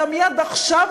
אלא מייד עכשיו,